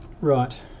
right